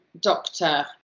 doctor